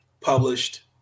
published